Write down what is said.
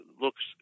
looks